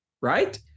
right